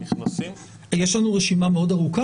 בנושא הנכנסים יש לנו רשימה מאוד ארוכה